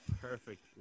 perfect